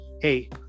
hey